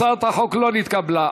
הצעת החוק לא נתקבלה.